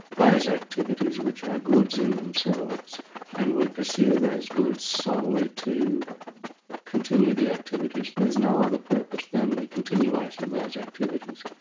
those activities which are goods in themselves and we pursue those goods solely to continue the activities. there's no other purpose than the continuation of those activities.